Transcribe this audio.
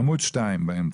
עמוד 2 באמצע.